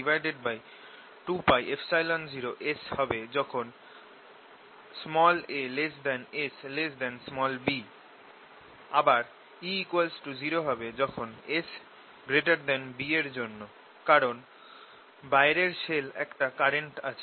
E2π0S হবে যখন a S b এবং আবার E 0 হবে S b এর জন্য কারণ বাইরের শেলে একটা কারেন্ট আছে